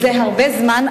זה הרבה זמן,